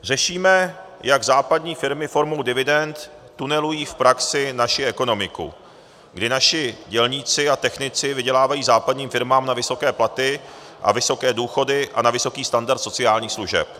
Řešíme, jak západní firmy formou dividend tunelují v praxi naši ekonomiku, kdy naši dělníci a technici vydělávají západním firmám na vysoké platy a vysoké důchody a na vysoký standard sociálních služeb.